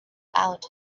out